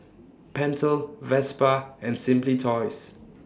Pentel Vespa and Simply Toys